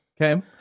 Okay